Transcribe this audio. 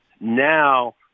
now –